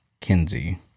kinsey